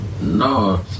No